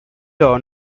law